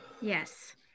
Yes